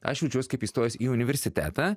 aš jaučiuos kaip įstojęs į universitetą